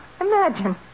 Imagine